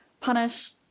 punish